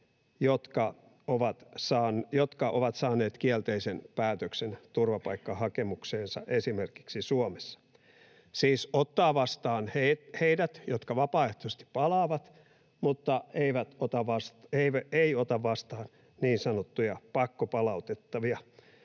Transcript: jotka ovat saaneet kielteisen päätöksen turvapaikkahakemukseensa esimerkiksi Suomessa — siis ottaa vastaan heidät, jotka vapaaehtoisesti palaavat, mutta ei ota vastaan niin sanottuja pakkopalautettavia.